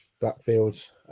backfield